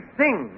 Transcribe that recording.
sing